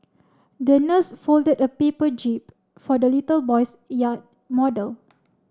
the nurse folded a paper jib for the little boy's yacht model